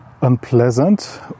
unpleasant